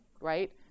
right